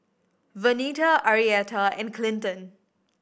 Vernita Arietta and Clinton